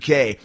UK